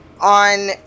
on